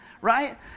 right